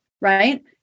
right